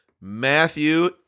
Matthew